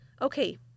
Okay